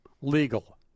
legal